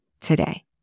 today